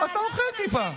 אתה אוכל טיפה.